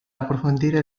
approfondire